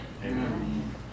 Amen